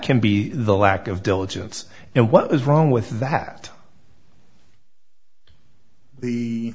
can be the lack of diligence and what was wrong with that the